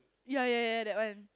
ya ya ya that one